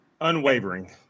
Unwavering